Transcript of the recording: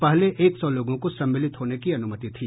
पहले एक सौ लोगों को सम्मिलित होने की अनुमति थी